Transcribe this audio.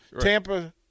Tampa